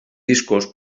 discos